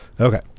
Okay